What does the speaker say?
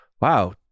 Wow